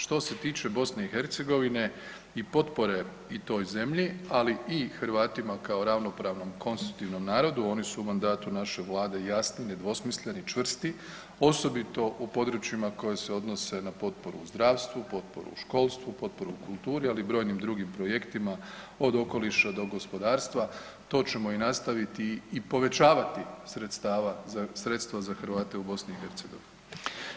Što se tiče BiH i potpore i toj zemlji, ali i Hrvatima kao ravnopravnom konstitutivnom narodu, oni su u mandatu naše Vlade jasni, nedvosmisleni, čvrsti, osobito u područjima koja se odnose na potporu u zdravstvu, potporu u školstvu, potporu kulturi, ali i brojnim drugim projektima, od okoliša do gospodarstva, to ćemo i nastaviti i povećavati sredstva za Hrvate u BiH.